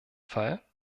fall